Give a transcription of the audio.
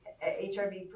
HIV